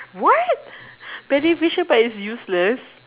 what beneficial but it is useless